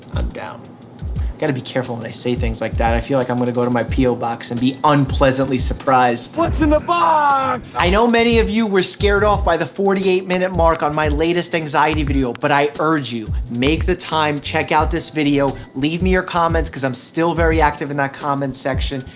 i'm down. i've gotta be careful when and i say things like that. i feel like i'm gonna go to my p o. box and be unpleasantly surprised. what's in the box! i know many of you were scared off by the forty eight minute mark on my latest anxiety video. but i urge you, make the time. check out this video. leave me your comments because i'm still very active in that comments section.